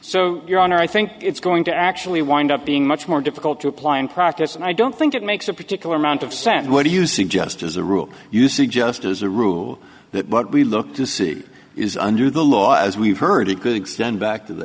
so your honor i think it's going to actually wind up being much more difficult to apply in practice and i don't think it makes a particular amount of sense what do you suggest as a rule you suggest as a rule that what we look to see is under the law as we've heard it good extend back to the